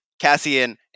cassian